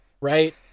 right